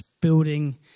Building